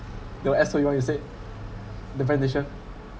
what you said the presentation